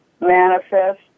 manifest